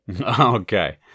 Okay